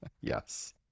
Yes